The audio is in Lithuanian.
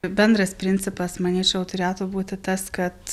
bendras principas manyčiau turėtų būti tas kad